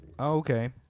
okay